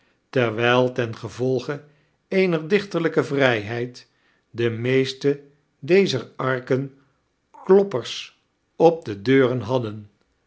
terwijl tengevolge eener dichterlijke vrijheid de meeste dezer arken kloppers op de deuren hadden